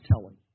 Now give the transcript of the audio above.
telling